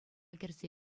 кӗрсе